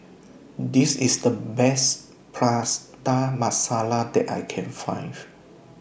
This IS The Best Prata Masala that I Can Find